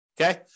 Okay